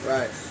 Right